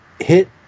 hit